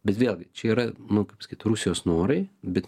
bet vėlgi čia yra nu kaip sakyt rusijos norai bet